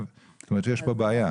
זאת אומרת שיש בעיה ושצריך להתערב.